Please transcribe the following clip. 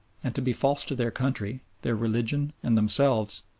and to be false to their country, their religion, and themselves,